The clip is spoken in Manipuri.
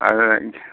ꯑꯗꯨꯅ